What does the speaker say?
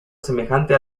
semejante